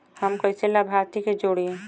हम कइसे लाभार्थी के जोड़ी?